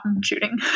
shooting